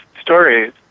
Stories